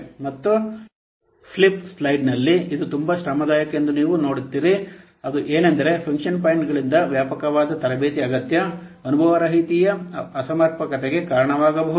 ಮತ್ತು ಫ್ಲಿಪ್ ಸೈಡ್ನಲ್ಲಿ ಇದು ತುಂಬಾ ಶ್ರಮದಾಯಕ ಎಂದು ನೀವು ನೀವು ನೋಡುತ್ತೀರಿ ಅದು ಏನೆಂದರೆ ಫಂಕ್ಷನ್ ಪಾಯಿಂಟ್ಗಳಿಗೆ ವ್ಯಾಪಕವಾದ ತರಬೇತಿ ಅಗತ್ಯ ಅನುಭವಹೀನತೆಯು ಅಸಮರ್ಪಕತೆಗೆ ಕಾರಣವಾಗಬಹುದು